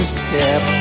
step